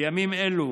בימים אלו